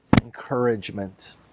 encouragement